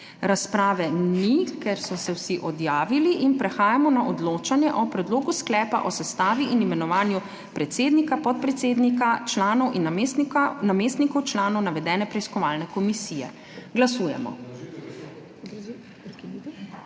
Razprave ni, ker so se vsi odjavili. Prehajamo na odločanje o predlogu sklepa o sestavi in imenovanju predsednika, podpredsednika, članov in namestnikov članov navedene preiskovalne komisije. Glasujemo.